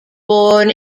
born